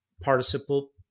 participle